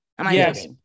Yes